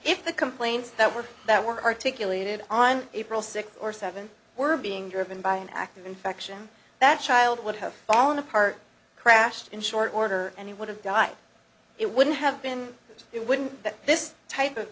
if the complaints that were that were articulated on april sixth or seven were being driven by an act of infection that child would have fallen apart crashed in short order and he would have died it wouldn't have been you wouldn't that this type of